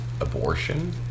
abortion